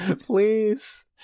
Please